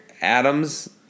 Adams